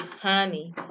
Honey